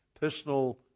personal